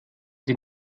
sie